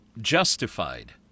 Justified